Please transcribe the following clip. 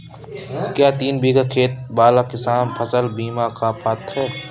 क्या तीन बीघा खेत वाला किसान फसल बीमा का पात्र हैं?